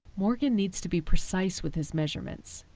morgan needs to be precise with his measurements,